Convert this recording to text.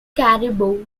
cariboo